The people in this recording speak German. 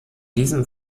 diesem